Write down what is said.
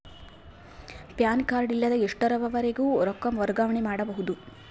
PAN card ಇಲ್ಲದ ಎಷ್ಟರವರೆಗೂ ರೊಕ್ಕ ವರ್ಗಾವಣೆ ಮಾಡಬಹುದು?